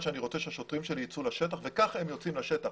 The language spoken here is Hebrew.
שאני רוצה שהשוטרים שלי יצאו אתו לשטח כך הם יוצאים לשטח.